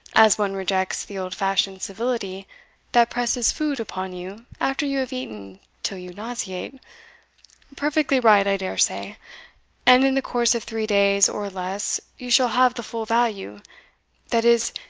as one rejects the old-fashioned civility that presses food upon you after you have eaten till you nauseate perfectly right, i dare say and in the course of three days or less you shall have the full value that is,